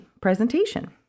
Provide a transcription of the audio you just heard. presentation